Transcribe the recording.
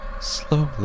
slowly